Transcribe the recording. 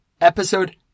episode